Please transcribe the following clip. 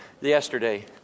yesterday